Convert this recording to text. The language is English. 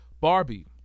Barbie